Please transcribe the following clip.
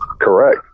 correct